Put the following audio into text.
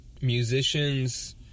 musicians